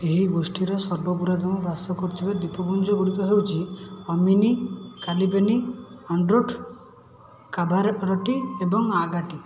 ଏହି ଗୋଷ୍ଠୀର ସର୍ବପୁରାତନ ବାସକରୁଥିବା ଦ୍ୱୀପପୁଞ୍ଜ ଗୁଡ଼ିକ ହେଉଚି ଅମିନି କାଲପେନି ଆଣ୍ଡ୍ରୋଟ୍ କାଭାରଟି ଏବଂ ଆଗାଟି